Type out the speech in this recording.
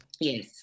Yes